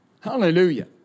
Hallelujah